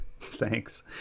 thanks